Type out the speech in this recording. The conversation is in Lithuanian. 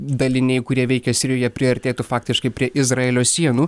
daliniai kurie veikia sirijoje priartėtų faktiškai prie izraelio sienų